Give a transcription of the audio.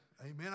Amen